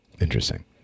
interesting